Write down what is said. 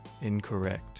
incorrect